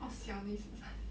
orh 小你十三岁